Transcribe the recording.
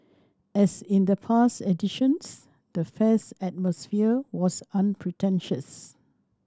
as in the past editions the fairs atmosphere was unpretentious